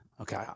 okay